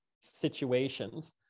situations